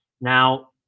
Now